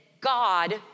God